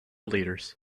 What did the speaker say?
leaders